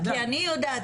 כי אני יודעת,